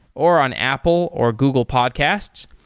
or on apple or google podcasts,